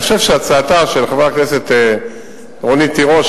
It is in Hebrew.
אני חושב שהצעתה של חברת הכנסת רונית תירוש,